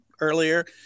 earlier